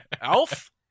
Elf